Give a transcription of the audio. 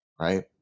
right